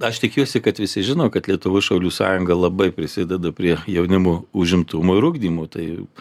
aš tikiuosi kad visi žino kad lietuvos šaulių sąjunga labai prisideda prie jaunimo užimtumo ir ugdymo taip